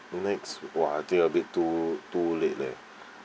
next !wah! I think a bit too too late leh